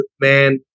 man